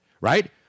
right